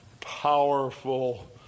powerful